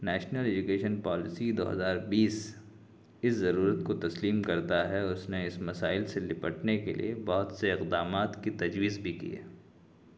national education policy دو ہزار بیس اس ضرورت کو تسلیم کرتا ہے اس نے اس مسائل سے نپٹنے کے لیے بہت سے اقدامات کی تجویز بھی کی ہے